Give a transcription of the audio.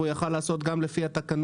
והוא יכול היה לעשות גם לפי התקנות